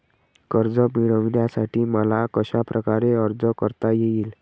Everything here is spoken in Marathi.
कर्ज मिळविण्यासाठी मला कशाप्रकारे अर्ज करता येईल?